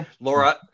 Laura